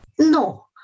No